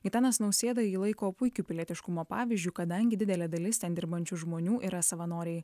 gitanas nausėda jį laiko puikiu pilietiškumo pavyzdžiu kadangi didelė dalis ten dirbančių žmonių yra savanoriai